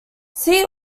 see